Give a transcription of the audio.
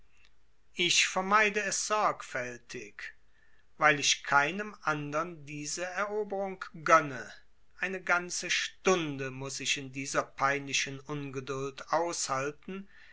ich vermeide es sorgfältig weil ich keinem andern diese eroberung gönne eine ganze stunde muß ich in dieser peinlichen ungeduld aushalten